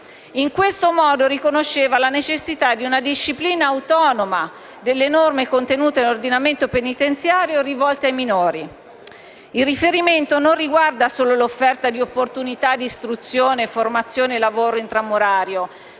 In questo modo riconosceva la necessità di una disciplina autonoma delle norme contenute nell'ordinamento penitenziario rivolte ai minori. Il riferimento non riguarda solo l'offerta di opportunità di istruzione, formazione e lavoro inframurario,